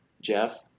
Jeff